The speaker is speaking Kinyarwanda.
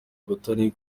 butare